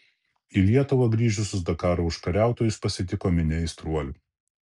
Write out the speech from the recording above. į lietuvą grįžusius dakaro užkariautojus pasitiko minia aistruolių